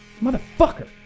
Motherfucker